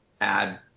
add